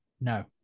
No